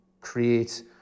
create